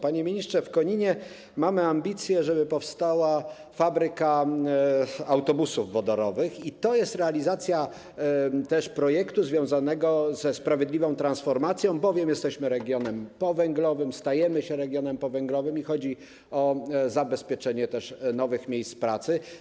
Panie ministrze, w Koninie mamy ambicje, żeby powstała fabryka autobusów wodorowych, i to jest realizacja projektu związanego ze sprawiedliwą transformacją, bowiem jesteśmy regionem powęglowym, stajemy się rejonem powęglowym i chodzi o zabezpieczenie też nowych miejsc pracy.